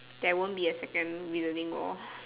there won't be a second movie the link loh